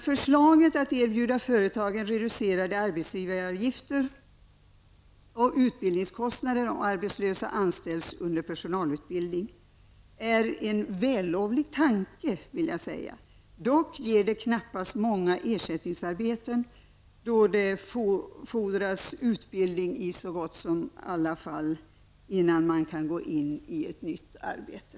Förslaget att erbjuda företagen reducerade arbetsgivaravgifter och utbildningskostnader om arbetslösa anställs under personalutbildning är en vällovlig tanke. Dock ger det knappast många ersättningsarbeten, eftersom det fordras utbildning i så som gott som alla fall innan man kan gå in i ett nytt arbete.